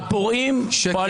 בואש אני מקבל